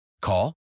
Call